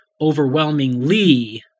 overwhelmingly